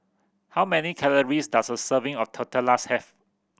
how many calories does a serving of Tortillas have